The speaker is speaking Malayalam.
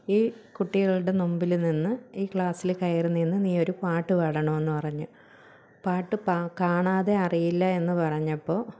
ഈ കുട്ടികളുടെ മുമ്പിൽ നിന്ന് ഈ ക്ലാസ്സിൽ കയറി നിന്ന് നീ ഒരു പാട്ട് പാടണമെന്ന് പറഞ്ഞ് പാട്ട് കാണാതെ അറിയില്ല എന്ന് പറഞ്ഞപ്പോൾ